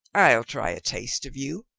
i'll try a taste of you.